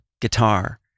guitar